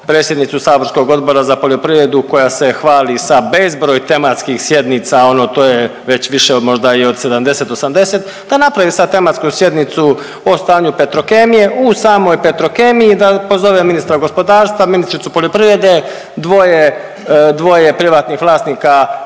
predsjednicu saborskog Odbora za poljoprivredu koja se hvali sa bezbroj tematskih sjednica, ono to je već više od možda i od 70, 80 da napravi sad tematsku sjednicu o stanju Petrokemije u samoj Petrokemiji, da pozove ministra gospodarstva, ministricu poljoprivrede dvoje privatnih vlasnika